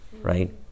right